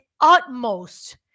utmost